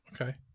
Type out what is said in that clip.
Okay